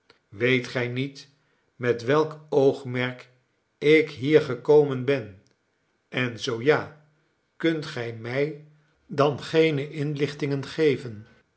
weet gy niet met welk oogmerk ik hier gekomen ben en zoo ja kunt gij mij dan geene inlichtingen geven